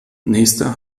nächster